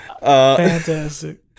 Fantastic